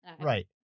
Right